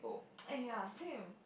!aiya! same